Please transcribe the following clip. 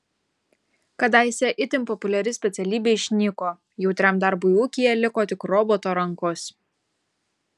kadaise itin populiari specialybė išnyko jautriam darbui ūkyje liko tik roboto rankos